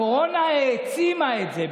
הקורונה העצימה את זה,